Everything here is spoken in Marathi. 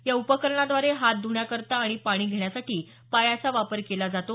या उपकरणाद्वारे हात ध्ण्याकरता आणि पाणी घेण्यासाठी पायाचा वापर केला जातो